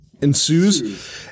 ensues